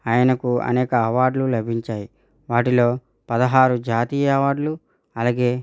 ఆయనకు అనేక అవార్డులు లభించాయి వాటిలో పదహారు జాతీయ అవార్డులు అలాగే